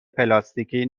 پلاستیکی